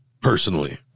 Personally